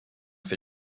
für